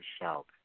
shout